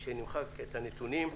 כשנמחק את הנתונים,